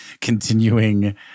continuing